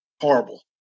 horrible